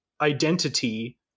identity